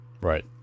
Right